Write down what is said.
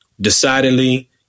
decidedly